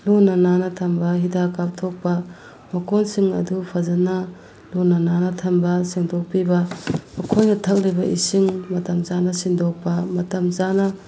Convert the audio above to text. ꯂꯨꯅ ꯅꯥꯟꯅ ꯊꯝꯕ ꯍꯤꯗꯥꯛ ꯀꯥꯞꯊꯣꯛꯄ ꯃꯀꯣꯟꯁꯤꯡ ꯑꯗꯨ ꯐꯖꯅ ꯂꯨꯅ ꯅꯥꯟꯅ ꯊꯝꯕ ꯁꯦꯡꯗꯣꯛꯄꯤꯕ ꯃꯈꯣꯏꯅ ꯊꯛꯂꯤꯕ ꯏꯁꯤꯡ ꯃꯇꯝ ꯆꯥꯅ ꯁꯤꯟꯗꯣꯛꯄ ꯃꯇꯝ ꯆꯥꯅ